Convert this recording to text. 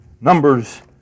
Numbers